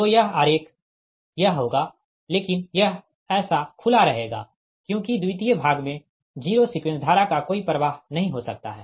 तो यह आरेख यह होगा लेकिन यह ऐसा खुला रहेगा क्योंकि द्वितीय भाग में जीरो सीक्वेंस धारा का कोई प्रवाह नहीं हो सकता है